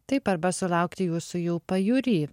taip arba sulaukti jūsų jau pajūry